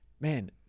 man